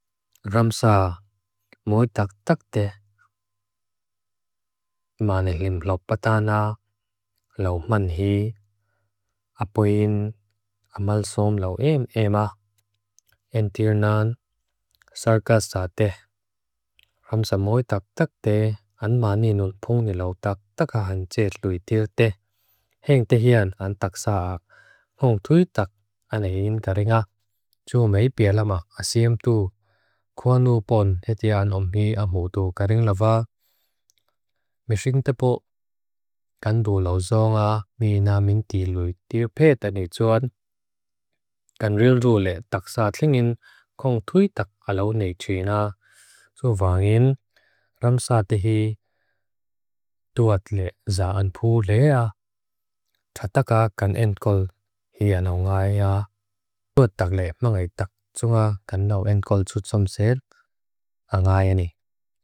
Ramsa moitak tak te. Manelim lo patana, lo manhi, apuin, amalsom lo em ema, entir nan, sarga sa te. Ramsa moitak tak te an maninun pungilok tak takahan ce luitil te. Heng tehian an tak saak, kong tuitak an ehim karengak. Jo mei pialama asiem tu, kuanu pon hetian omhi amudu kareng lava. Meshing tepo, kan ru lauzonga, mi na min tiluitil peta nituan. Kan rildu le tak saatlingin, kong tuitak alaunay china. Suvangin, ramsa tehi, duat le zaan pu lea. Tataka kan engkol hia nau ngaya. Duat tak le mangay tak tsunga kan nau engkol tsutsom ser a ngaya ni.